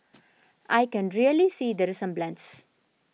I can really see the resemblance